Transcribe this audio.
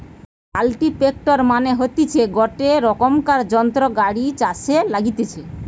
কাল্টিপ্যাকের মানে হতিছে গটে রোকমকার যন্ত্র গাড়ি ছাসে লাগতিছে